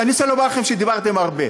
אני רוצה לומר לכם שדיברתם הרבה.